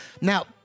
Now